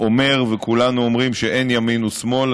אומר וכולנו אומרים שאין ימין או שמאל,